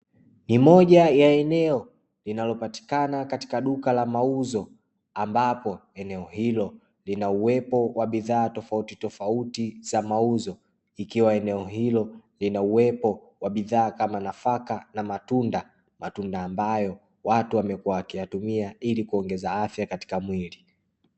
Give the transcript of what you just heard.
Ni moja ya eneo linalopatikana katika duka la mauzo, ambapo eneo hilo lina uwepo bidhaa tofautitofauti za mauzo ikiwa eneo hilo lina uwepo wa bidhaa kama nafaka na matunda, matunda ambayo watu wamekua wakiyatumia ili kuongeza afya katika mwili.